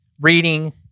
reading